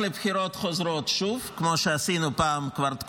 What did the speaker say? מאחל לכולנו שיהיו פה כמה שיותר דוגמאות של שיתוף פעולה כזה.